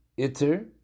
iter